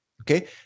okay